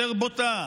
יותר בוטה,